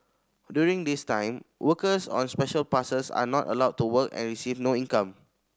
during this time workers on Special Passes are not allowed to work and receive no income